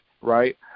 right